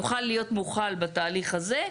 יוכל להיות מוחל בתהליך הזה,